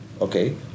okay